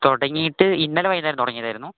തുടങ്ങിയിട്ട് ഇന്നലെ വൈകുന്നേരം തുടങ്ങിയതായിരുന്നു